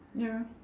ya